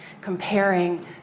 comparing